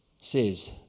says